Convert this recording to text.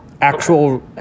Actual